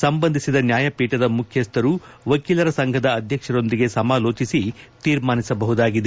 ಸಂಬಂಧಿಸಿದ ನ್ವಾಯಪೀಠದ ಮುಖ್ಯಸ್ಥರು ವಕೀಲರ ಸಂಘದ ಅಧ್ಯಕ್ಷರೊಂದಿಗೆ ಸಮಾಲೋಚಿಸಿ ತೀರ್ಮಾನಿಸಬಹುದಾಗಿದೆ